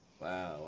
wow